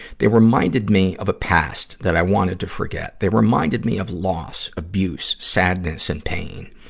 they reminded me of a past that i wanted to forget. they reminded me of loss, abuse, sadness and pain.